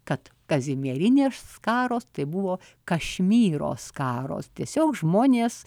kad kazimierinės skaros tai buvo kašmyro skaros tiesiog žmonės